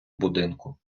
будинку